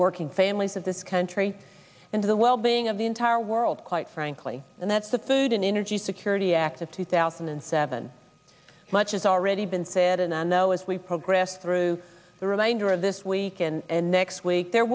working families of this country and to the well being of the entire world quite frankly and that's the third in energy security act of two thousand and seven much is already been said and i know as we progress through the remainder of this week and next week there